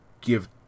give